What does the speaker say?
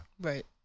Right